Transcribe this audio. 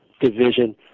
division